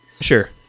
Sure